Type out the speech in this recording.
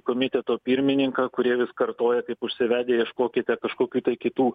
komiteto pirmininką kurie vis kartoja kaip užsivedę ieškokite kažkokių tai kitų